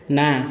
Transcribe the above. ନା